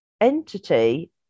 entity